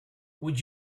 would